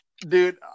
Dude